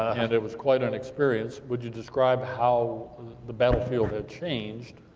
and it was quite an experience. would you describe how the battlefield had changed,